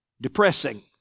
depressing